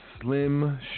slim